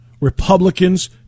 Republicans